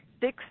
Six